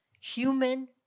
human